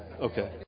Okay